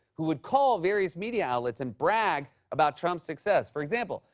who would call various media outlets and brag about trump's success. for example,